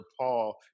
Paul